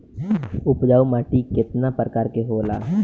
उपजाऊ माटी केतना प्रकार के होला?